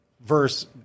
verse